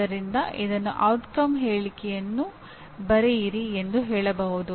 ಆದ್ದರಿಂದ ಇದನ್ನು ಪರಿಣಾಮದ ಹೇಳಿಕೆಯನ್ನು ಬರೆಯಿರಿ ಎಂದು ಹೇಳಬಹುದು